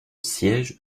siège